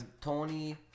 Tony